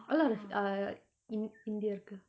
a lot of uh like in இந்தியர்கு:indhiyarku